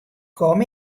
kom